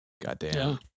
Goddamn